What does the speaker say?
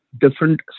different